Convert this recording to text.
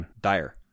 dire